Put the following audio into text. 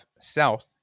south